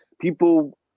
people